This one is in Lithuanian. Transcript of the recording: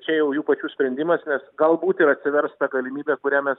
čia jau jų pačių sprendimas nes galbūt ir atsivers ta galimybė kurią mes